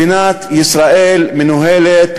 מדינת ישראל מנוהלת,